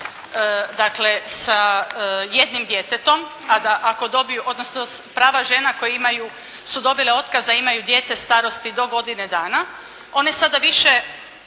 dakle sa jednim djetetom, a da ako dobiju, odnosno prava žena koja imaju, su dobile otkaz a imaju dijete starosti do godine dana one sada više